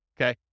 okay